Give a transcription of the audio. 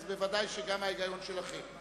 אז בוודאי גם ההיגיון שלכם.